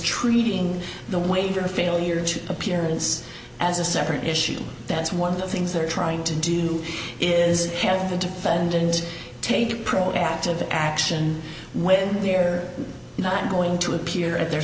treating the waiver of failure to appearance as a separate issue that's one of the things they're trying to do is have the defendant take proactive action when they're not going to appear at their